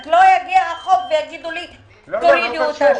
רק לא יגיע החוק ויגידו לי: תורידו.